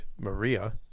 Maria